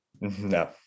No